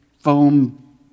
foam